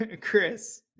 Chris